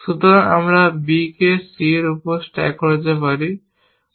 সুতরাং আমরা B কে C এর উপর স্ট্যাক করতে পারি